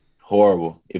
Horrible